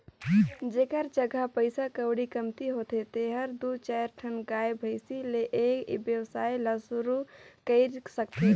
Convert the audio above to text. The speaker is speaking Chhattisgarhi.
जेखर जघा पइसा कउड़ी कमती होथे तेहर दू चायर ठन गाय, भइसी ले ए वेवसाय ल सुरु कईर सकथे